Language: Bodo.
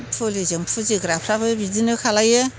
फुलिजों फुजिग्राफ्राबो बिदिनो खालामो